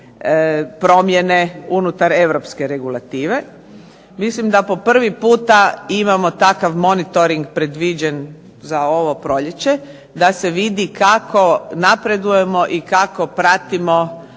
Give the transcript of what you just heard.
promjene unutar europske regulative. Mislim da po prvi puta imamo takav monitoring predviđen za ovo proljeće, da se vidi kako napredujemo i kako pratimo